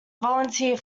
volunteer